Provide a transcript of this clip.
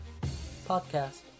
Podcast